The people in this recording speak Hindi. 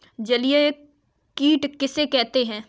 जलीय कीट किसे कहते हैं?